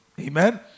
Amen